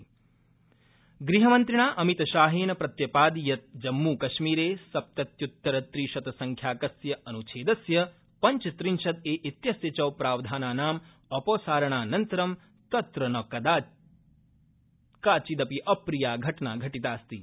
जम्मुकश्मीरम अमितशाह गृहमन्त्रिणा अमितशाहेन प्रत्यपादि यत् जम्मूकश्मीरे सप्तत्तयुत्तर त्रि शत संख्याकस्य अन्च्छेदस्य पंचत्रिंशद् ए इत्यस्य च प्रावधानानाम् अपसारणानन्तरं तत्र न काचिदपि अप्रिया घटना घटितास्ति